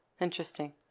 Interesting